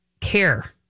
care